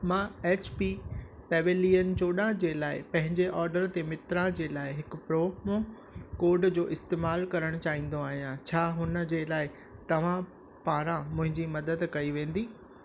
मां H P pavilion चोॾहां जे लाइ पंहिंजे ऑडर ते मित्रा जे लाइ हिकु प्रोमो कोड जो इस्तेमालु करणु चाहींदो आहियां छा हुन जे लाइ तव्हां पारां मुंहिंजी मदद कई वेंदी